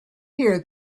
here